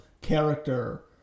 character